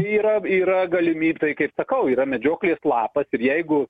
yra yra galimyb tai kaip sakau yra medžioklės lapas ir jeigu